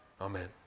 Amen